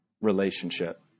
relationship